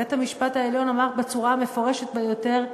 בית-המשפט העליון אמר בצורה המפורשת ביותר: